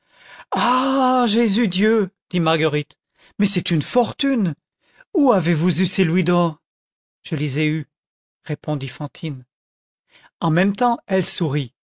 jésus dieu dit marguerite mais c'est une fortune où avez-vous eu ces louis d'or je les ai eus répondit fantine en même temps elle sourit